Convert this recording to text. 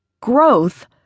Growth